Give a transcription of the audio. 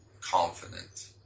confident